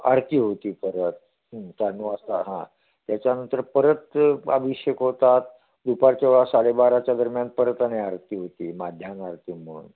आरती होती परत वाजता हां त्याच्यानंतर परत अभिषेक होतात दुपारच्या वेळा साडे बाराच्या दरम्यान परत आणि आरती होती मध्यान्ह आरती म्हणून